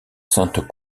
sainte